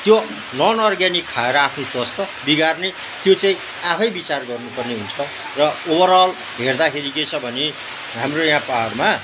त्यो non organic खाएर आफ्नो स्वास्थ बिगार्ने त्यो चाहिँ आफै विचार गर्नुपर्ने हुन्छ र ओभरअल हेर्दाखेरि के छ भने हाम्रो यहाँ पाहाडमा